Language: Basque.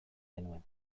genuen